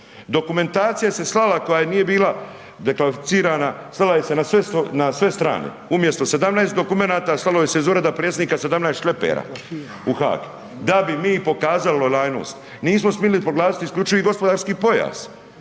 Dokumentacija se slala koja nije bila deklasificirana, slala se na sve strane, umjesto 17 dokumenata, slalo se iz Ureda predsjednika 17 šlepera u Haag da bi mi pokazali lojalnost. Nismo smjeli proglasiti isključivi gospodarski pojas.